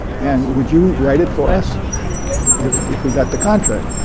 and would you write it for us if if we got the contract?